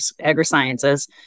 Agri-Sciences